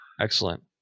Excellent